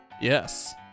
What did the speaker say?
Yes